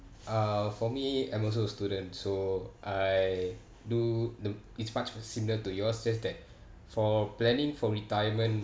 uh for me I'm also a student so I do the it's much similar to yours just that for planning for retirement